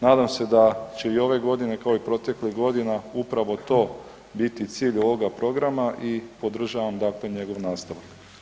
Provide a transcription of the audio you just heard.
Nadam se da će i ove godine kao i proteklih godina upravo to biti cilj ovoga programa i podržavam dakle njegov nastavak.